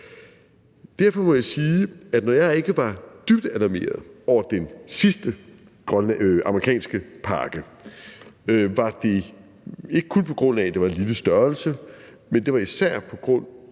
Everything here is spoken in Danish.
Derfor må jeg sige, at når jeg ikke var dybt alarmeret over den sidste amerikanske pakke, var det ikke kun på grund af, at det var en lille størrelse, men det var især på grund af